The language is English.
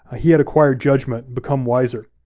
he had acquired judgment, become wiser.